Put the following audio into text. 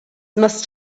must